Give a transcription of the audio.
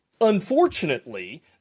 unfortunately